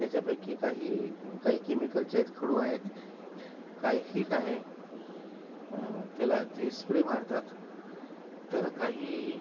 त्याच्यापैकी काही काही केमिकलचे आहेत खडू आहेत काही हिट आहे त्याला ते स्प्रे मारतात तर काही